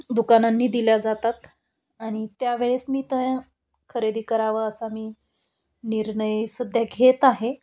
दुकानांनी दिल्या जातात आणि त्यावेळेस मी त्या खरेदी करावं असा मी निर्णय सध्या घेत आहे